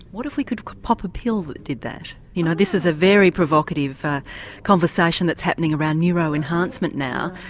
what if we could pop a pill that did that? you know this is a very provocative conversation that's happening around neuro enhancement now,